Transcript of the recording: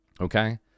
Okay